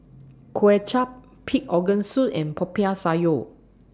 Kway Chap Pig Organ Soup and Popiah Sayur